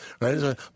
Right